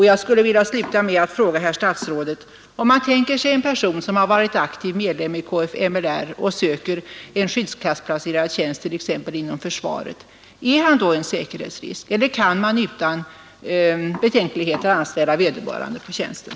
Jag skulle vilja sluta med att fråga herr statsrådet: Om en person som har varit aktiv medlem i kfml söker en skyddsklassplacerad tjänst t.ex. inom försvaret, är han då en säkerhetsrisk eller kan man utan betänkligheter anställa vederbörande på tjänsten?